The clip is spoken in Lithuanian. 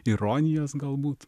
ironijos galbūt